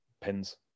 pins